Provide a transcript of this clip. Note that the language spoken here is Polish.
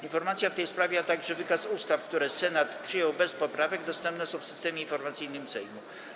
Informacja w tej sprawie, a także wykaz ustaw, które Senat przyjął bez poprawek, dostępne są w Systemie Informacyjnym Sejmu.